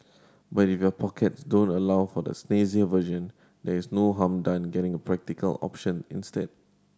but if your pockets don't allow for the snazzier version there is no harm done getting a practical option instead